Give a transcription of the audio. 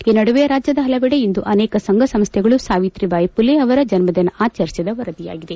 ಈ ನಡುವೆ ರಾಜ್ಯದ ಹಲವೆಡೆ ಇಂದು ಅನೇಕ ಸಂಘ ಸಂಸ್ವೆಗಳು ಸಾವಿತ್ರಿಬಾಯಿ ಮಲೆ ಅವರ ಜನ್ನದಿನ ಆಚರಿಸಿದ ವರದಿಯಾಗಿದೆ